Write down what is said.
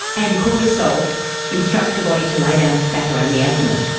and cortisol instructs the body to lay down fat around the abdomen.